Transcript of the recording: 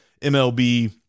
MLB